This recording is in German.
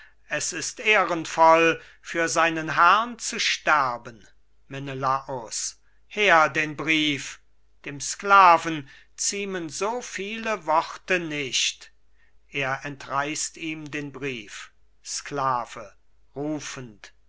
es ist ehrenvoll für seinen herrn zu sterben menelaus her den brief dem sklaven ziemen so viele worte nicht er entreißt ihm den brief sklave rufend